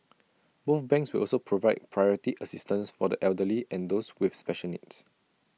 both banks will also provide priority assistance for the elderly and those with special needs